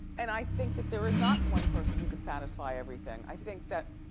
and i think that there is not one person who can satisfy everything. i think that,